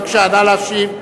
בבקשה, נא להשיב.